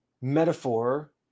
metaphor